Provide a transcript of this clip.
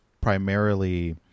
primarily